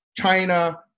China